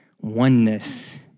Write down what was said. oneness